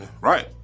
right